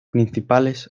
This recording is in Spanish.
principales